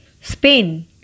Spain